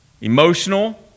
emotional